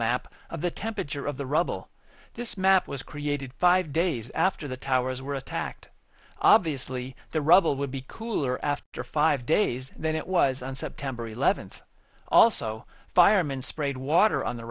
map of the temperature of the rubble this map was created five days after the towers were attacked obviously the rubble would be cooler after five days than it was on september eleventh also firemen sprayed water on the